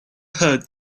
heard